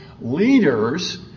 leaders